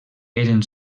eren